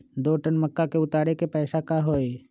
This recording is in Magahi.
दो टन मक्का उतारे के पैसा का होई?